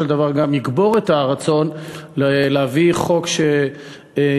דבר גם יקבור את הרצון להביא חוק שיפגע,